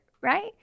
right